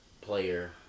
player